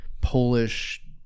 Polish